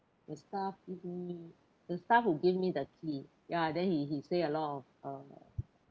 the staff give me the staff who give me the key ya then he he say a lot of uh